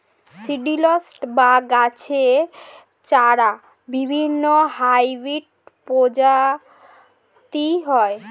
seedlings বা গাছের চারার বিভিন্ন হাইব্রিড প্রজাতি হয়